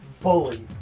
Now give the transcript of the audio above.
bully